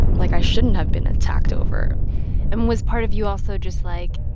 like i shouldn't have been attacked over and was part of you also just like,